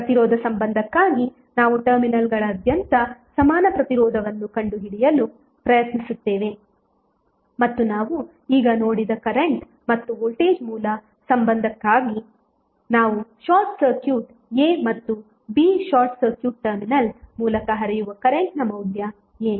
ಪ್ರತಿರೋಧ ಸಂಬಂಧಕ್ಕಾಗಿ ನಾವು ಟರ್ಮಿನಲ್ಗಳಾದ್ಯಂತ ಸಮಾನ ಪ್ರತಿರೋಧವನ್ನು ಕಂಡುಹಿಡಿಯಲು ಪ್ರಯತ್ನಿಸುತ್ತೇವೆ ಮತ್ತು ನಾವು ಈಗ ನೋಡಿದ ಕರೆಂಟ್ ಮತ್ತು ವೋಲ್ಟೇಜ್ ಮೂಲ ಸಂಬಂಧಕ್ಕಾಗಿ ನಾವು ಶಾರ್ಟ್ ಸರ್ಕ್ಯೂಟ್ A ಮತ್ತು B ಶಾರ್ಟ್ ಸರ್ಕ್ಯೂಟ್ ಟರ್ಮಿನಲ್ ಮೂಲಕ ಹರಿಯುವ ಕರೆಂಟ್ನ ಮೌಲ್ಯ ಏನು